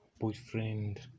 boyfriend